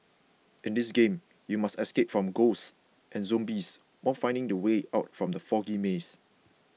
in this game you must escape from ghosts and zombies while finding the way out from the foggy maze